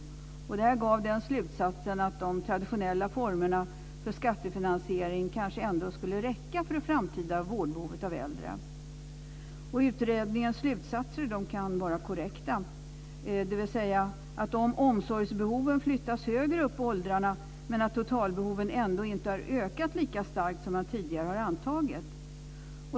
Detta ledde fram till slutsatsen att de traditionella formerna för skattefinansiering kanske ändå skulle räcka för det framtida vårdbehovet av äldre. Utredningens slutsatser kan vara korrekta, dvs. att omsorgsbehoven flyttas högre upp i åldrarna men totalbehoven ändå inte har ökat lika starkt som man tidigare har antagit.